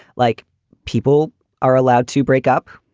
like people are allowed to break up.